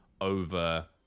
over